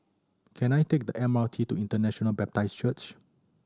can I take the M R T to International Baptist Church